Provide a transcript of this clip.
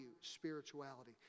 spirituality